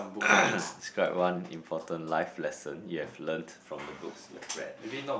describe one important life lesson you've learnt from the books you've read